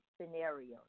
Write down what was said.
scenarios